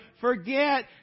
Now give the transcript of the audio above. forget